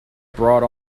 brought